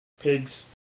Pigs